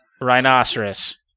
Rhinoceros